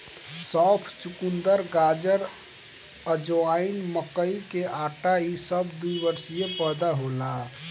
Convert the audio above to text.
सौंफ, चुकंदर, गाजर, अजवाइन, मकई के आटा इ सब द्विवर्षी पौधा होला